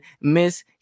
Miss